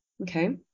okay